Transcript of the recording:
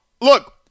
look